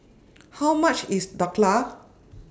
How much IS Dhokla